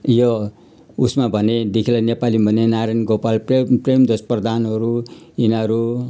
यो उसमा भनेदेखिलाई नेपाली भनेँ नारायण गोपाल प्रे प्रेमधोज प्रधानहरू यिनीहरू